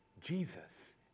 Jesus